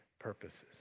Purposes